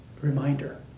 reminder